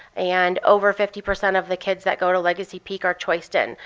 and over fifty percent of the kids that go to legacy peak are choiced in.